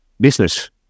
business